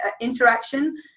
interaction